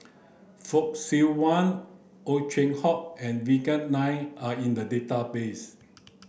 Fock Siew Wah Ow Chin Hock and Vikram Nair are in the database